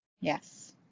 yes